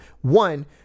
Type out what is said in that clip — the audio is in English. One